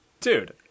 Dude